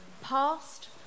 past